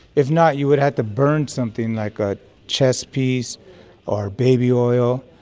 if not, you would have to burn something like a chess piece or baby oil.